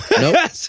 Nope